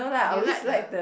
do you like the